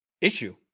issue